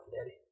daddy